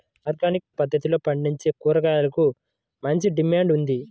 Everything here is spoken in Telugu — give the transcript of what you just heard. ఆర్గానిక్ పద్దతిలో పండించే కూరగాయలకు మంచి డిమాండ్ ఉంది